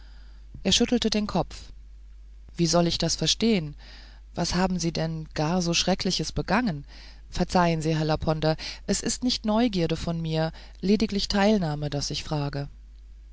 er schüttelte den kopf wie soll ich das verstehen was haben sie denn gar so schreckliches begangen verzeihen sie herr laponder es ist nicht neugierde von mir lediglich teilnahme daß ich frage